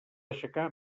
aixecar